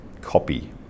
copy